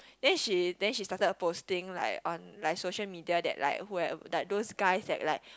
then she then she started posting like on like social media that like who have like those guys that like